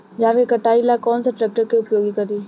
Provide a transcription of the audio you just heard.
धान के कटाई ला कौन सा ट्रैक्टर के उपयोग करी?